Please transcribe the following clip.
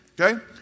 okay